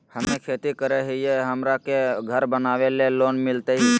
हमे खेती करई हियई, हमरा के घर बनावे ल लोन मिलतई?